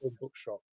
Bookshop